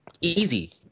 easy